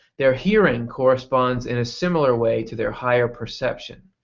their hearing corresponds in a similar way to their higher perception,